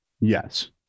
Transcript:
Yes